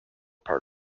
part